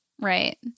right